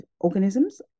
organisms